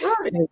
Right